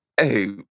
Hey